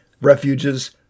refuges